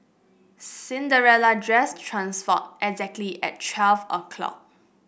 Cinderella dress transformed exactly at twelve o'clock